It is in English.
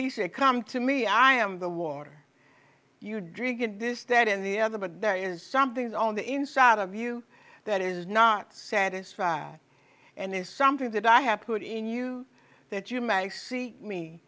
he said come to me i am the warder you drink in this stead in the other but there is something on the inside of you that is not satisfied and is something that i have put in you that you mag see me